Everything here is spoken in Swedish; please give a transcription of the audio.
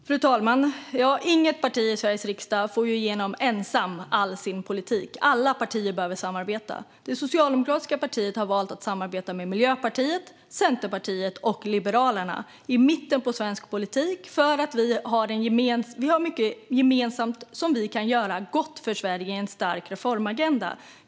Fru talman! Inget parti i Sveriges riksdag får ju ensamt igenom all sin politik. Alla partier behöver samarbeta. Det socialdemokratiska partiet har valt att samarbeta med Miljöpartiet, Centerpartiet och Liberalerna i mitten av svensk politik. Vi har mycket gemensamt, och med detta kan vi göra gott för Sverige med en stark reformagenda.